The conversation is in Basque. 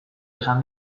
esan